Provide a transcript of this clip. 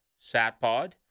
SatPod